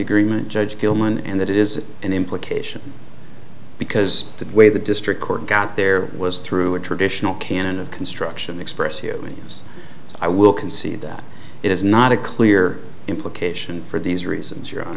agreement judge gilman and that it is an implication because the way the district court got there was through a traditional canon of construction express here means i will concede that it is not a clear implication for these reasons your hon